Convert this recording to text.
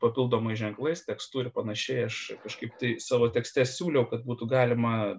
papildomais ženklais tekstu ir panašiai aš kažkaip tai savo tekste siūliau kad būtų galima